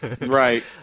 Right